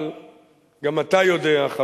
אבל גם אתה יודע, חברי,